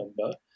number